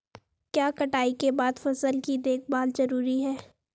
क्या कटाई के बाद फसल की देखभाल जरूरी है?